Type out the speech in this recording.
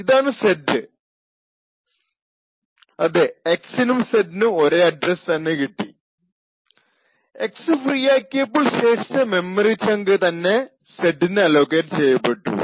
ഇതാണ് Z അതേ X നും Z നും ഒരേ അഡ്രസ്സ് തന്നെ കിട്ടി X ഫ്രീ ആക്കിയപ്പോൾ ശേഷിച്ച മെമ്മറി ചങ്ക് തന്നെ Z ന് അലോക്കേറ്റ് ചെയ്യപ്പെട്ടു